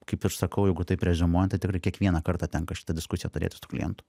kaip ir sakau jeigu taip reziumuojant tai tikrai kiekvieną kartą tenka šitą diskusiją turėti su klientu